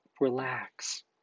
relax